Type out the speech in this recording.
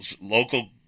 Local